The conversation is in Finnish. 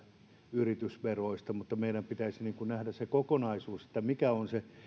yritysveroista niin meidän pitäisi nähdä se kokonaisuus mikä on se